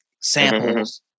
samples